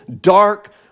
dark